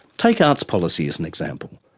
take arts policy as an example.